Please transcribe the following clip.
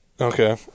Okay